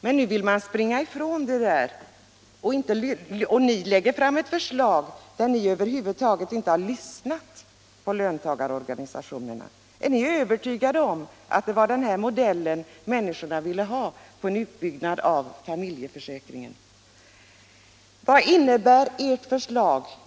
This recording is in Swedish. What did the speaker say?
Men ni lägger fram ett förslag utan att över huvud taget ha lyssnat på löntagarorganisationerna. Är ni trots detta övertygade om att det var den här modellen för en utbyggnad av familjeförsäkringen som människorna ville ha? Vad innebär då ert förslag?